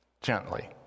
gently